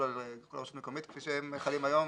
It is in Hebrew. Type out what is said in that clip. על כל רשות מקומית כפי שהם חלים היום,